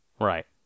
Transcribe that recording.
right